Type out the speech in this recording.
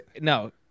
No